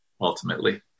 ultimately